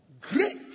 Great